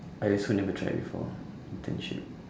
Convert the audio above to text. I also never try before internship